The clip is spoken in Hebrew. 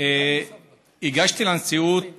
הגשתי לנשיאות